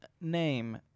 name